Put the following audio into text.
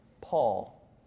Paul